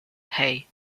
hey